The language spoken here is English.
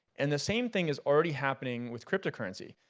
and the same thing is already happening with cryptocurrency.